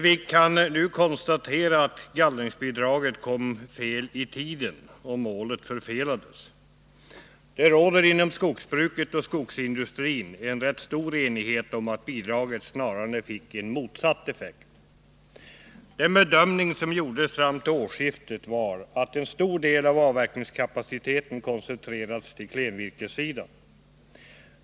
Vi kan nu konstatera att gallringsbidraget kom fel i tiden och att målet förfelades. Det råder inom skogsbruket och skogsindustrin en rätt stor enighet om att bidraget snarare fick en motsatt effekt. Den bedömning som gjordes fram till årsskiftet var att en stor del av avverkningskapaciteten koncentrerats till klenvirkessidan.